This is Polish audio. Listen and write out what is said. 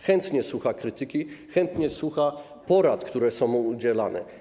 Chętnie słucha krytyki, chętnie słucha porad, które są mu udzielane.